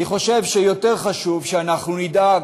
אני חושב שיותר חשוב שאנחנו נדאג